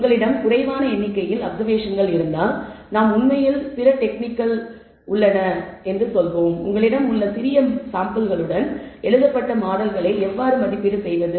உங்களிடம் குறைவான எண்ணிக்கையில் அப்சர்வேஷன்கள் இருந்தால் நாம் உண்மையில் விளக்கும் பிற டெக்னிக்கள் உள்ளன உங்களிடம் உள்ள சிறிய மாதிரிகளுடன் எழுதப்பட்ட மாடல்களை எவ்வாறு மதிப்பீடு செய்வது